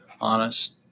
honest